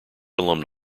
alumni